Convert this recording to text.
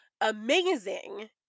amazing